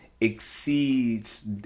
exceeds